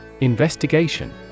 Investigation